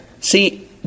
See